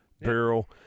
barrel